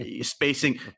Spacing